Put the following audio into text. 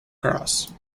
cross